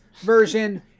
version